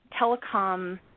telecom